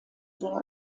sehr